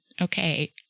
okay